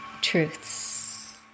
truths